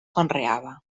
conreava